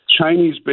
Chinese